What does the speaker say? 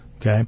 okay